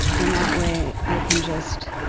and that way, i can just.